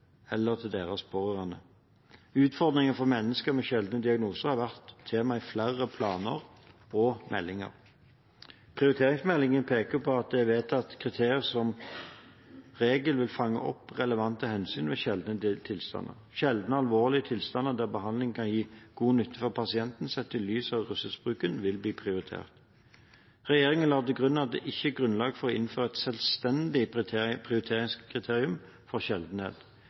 eller til deres pårørende. Utfordringen for mennesker med sjeldne diagnoser har vært tema i flere planer og meldinger. Prioriteringsmeldingen peker på at det er vedtatt kriterier som som regel vil fange opp relevante hensyn ved sjeldne tilstander. Sjeldne og alvorlige tilstander der behandlingen kan gi god nytte for pasienten sett i lys av ressursbruken, vil bli prioritert. Regjeringen la til grunn at det ikke er grunnlag for å innføre et selvstendig prioriteringskriterium for sjeldenhet.